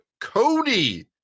Cody